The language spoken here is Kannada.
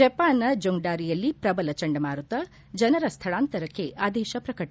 ಜಪಾನ್ನ ಜೊಂಗ್ಡಾರಿಯಲ್ಲಿ ಪ್ರಬಲ ಚಂಡಮಾರುತ ಜನರ ಸ್ಲಳಾಂತರಕ್ಕೆ ಆದೇಶ ಪ್ರಕಟ